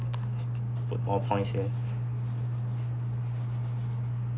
put more points here